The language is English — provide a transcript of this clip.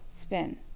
spin